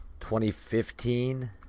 2015